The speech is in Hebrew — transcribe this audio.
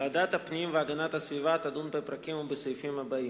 ועדת הפנים והגנת הסביבה תדון בפרקים ובסעיפים הבאים: